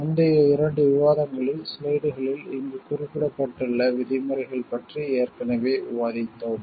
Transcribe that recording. முந்தைய 2 விவாதங்களில் ஸ்லைடுகளில் இங்கு குறிப்பிடப்பட்டுள்ள விதிமுறைகள் பற்றி ஏற்கனவே விவாதித்தோம்